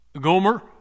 Gomer